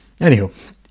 Anywho